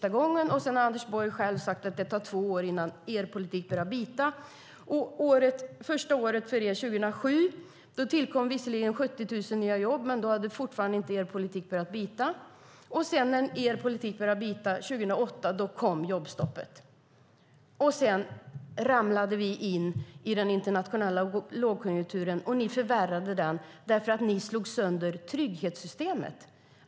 Anders Borg har själv sagt att det tog två år innan er politik började bita. Ert första år i regeringsställning, 2007, tillkom visserligen 70 000 nya jobb men då hade fortfarande inte er politik börjat bita. När sedan er politik började bita, 2008, kom jobbstoppet. Sedan ramlade vi in i den internationella lågkonjunkturen, och ni förvärrade den eftersom ni slog sönder trygghetssystemet.